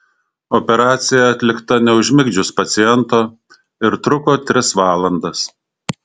operacija atlikta neužmigdžius paciento ir truko tris valandas